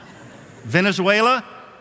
Venezuela